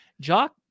jock